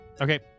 Okay